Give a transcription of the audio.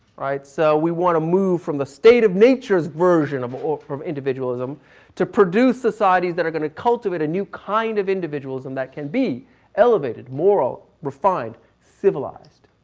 right. so we want to move from the state of nature's version of, from individualism to produce societies that are going to cultivate a new kind of individualism that can be elevated, moral, refined, civilized.